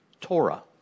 Torah